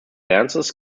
dances